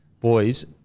boys